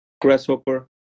Grasshopper